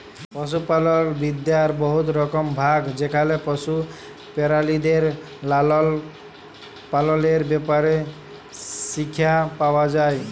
পশুপালল বিদ্যার বহুত রকম ভাগ যেখালে পশু পেরালিদের লালল পাললের ব্যাপারে শিখ্খা পাউয়া যায়